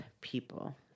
people